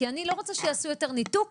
כי אני לא רוצה שיעשו יותר ניתוק